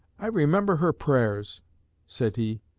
i remember her prayers said he,